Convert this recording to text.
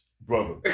Brother